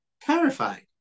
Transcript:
terrified